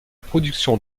production